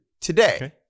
Today